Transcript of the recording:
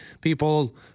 people